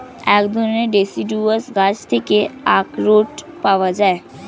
এক ধরণের ডেসিডুয়াস গাছ থেকে আখরোট পাওয়া যায়